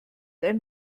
ein